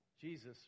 Jesus